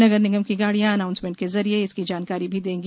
नगर निगम की गाड़ियाँ एनाउंसमेंट के जरिये इसकी जानकारी भी देंगी